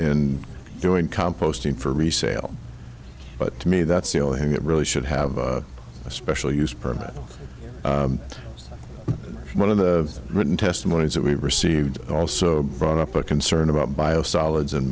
in doing composting for resale but to me that's the only thing that really should have a special use permit one of the written testimony is that we received also brought up a concern about biosolids and